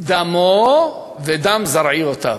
דמו ודם זרעיותיו.